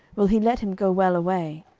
will he let him go well away?